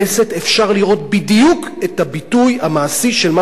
אפשר לראות בדיוק את הביטוי המעשי של מה שנקרא